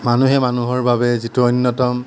মানুহে মানুহে বাবে যিটো অন্যতম